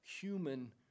human